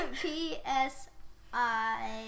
P-S-I